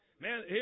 Man